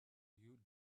you